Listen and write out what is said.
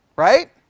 Right